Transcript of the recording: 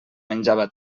menjava